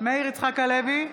מאיר יצחק הלוי,